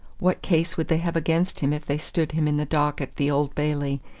what case would they have against him if they stood him in the dock at the old bailey,